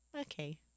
okay